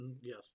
Yes